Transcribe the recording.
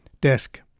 desk